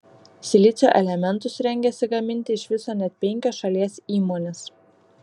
silicio elementus rengiasi gaminti iš viso net penkios šalies įmonės